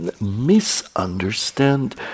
misunderstand